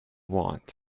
want